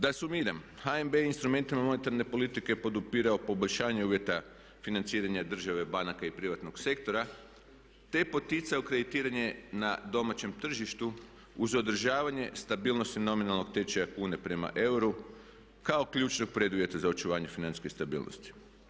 Da sumiram, HNB je instrumentima monetarne politike podupirao poboljšanje uvjeta financiranja države banaka i privatnog sektora te poticao kreditiranje na domaćem tržištu uz održavanje stabilnosti nominalnog tečaja kune prema euru kao ključnog preduvjeta za očuvanje financijske stabilnosti.